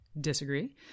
disagree